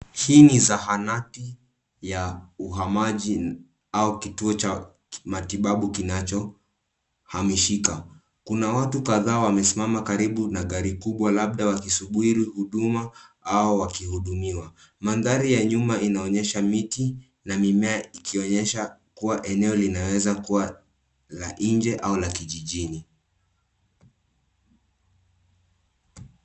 Hii ni zahanati ya uhamaji au kituo cha matibabu kinachohamishika. Kuna watu kadhaa wamesimama karibu na gari kubwa, labda wakisubiri huduma au wakihudumiwa. Mandhari ya nyuma inaonyesha miti na mimea, ikionyesha kuwa eneo linaweza kuwa la nje au la kijijini.